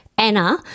Anna